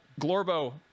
Glorbo